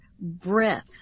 breath